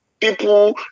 People